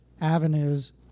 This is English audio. avenues